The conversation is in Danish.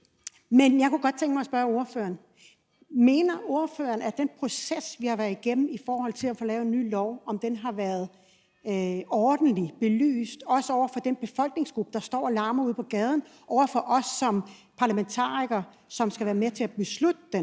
håbe. Jeg kunne godt tænke mig at spørge ordføreren: Mener ordføreren, at den proces, vi har været igennem i forbindelse med at få lavet en ny lov, har været ordentlig belyst, også over for den befolkningsgruppe, der står og larmer ude på gaden, og over for os som parlamentarikere, som skal være med til at beslutte den?